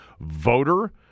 voter